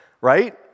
right